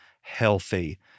healthy